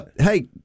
hey